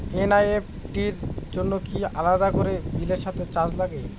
NEFT র জন্য কি আলাদা করে বিলের সাথে চার্জ লাগে?